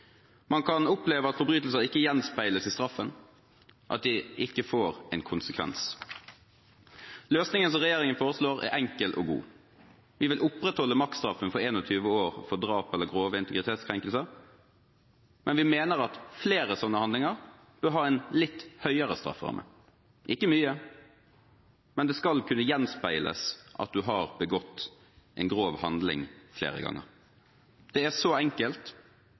Man kan oppleve at forbrytelser ikke gjenspeiles i straffen, at de ikke får en konsekvens. Løsningen som regjeringen foreslår, er enkel og god. Vi vil opprettholde maksstraffen på 21 år for drap eller grove integritetskrenkelser, men vi mener at flere sånne handlinger bør ha en litt høyere strafferamme – ikke mye, men det skal kunne gjenspeiles at man har begått en grov handling flere ganger. Det er så enkelt,